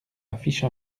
affiche